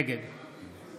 נגד